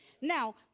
Now